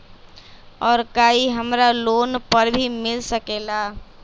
और का इ हमरा लोन पर भी मिल सकेला?